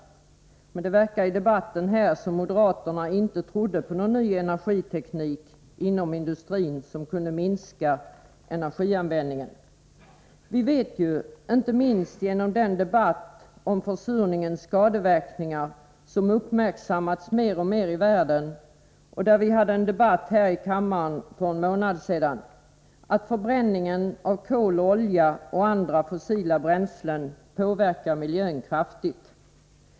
Men det verkar i debatten här som om moderaterna inte trodde på någon ny energiteknik inom industrin som kunde minska energianvändningen. Vi vet ju, inte minst genom den debatt som förts med anledning av att försurningens skadeverkningar uppmärksammats mer och mer i världen — det fördes också en debatt om detta här i kammaren för en månad sedan — att förbränningen av kol, olja och andra fossila bränslen kraftigt påverkar miljön.